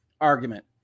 argument